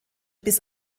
bis